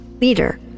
leader